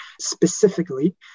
specifically